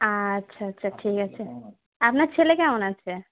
আচ্ছা আচ্ছা ঠিক আছে আপনার ছেলে কেমন আছে